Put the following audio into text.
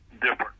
different